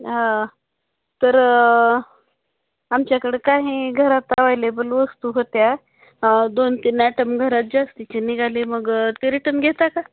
हां तरं आमच्याकडं काही घरात अवेयलेबल वस्तू होत्या दोन तीन आयटम घरात जास्तीची निघाले मग ते रिटर्न घेता का